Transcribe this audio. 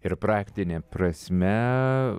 ir praktine prasme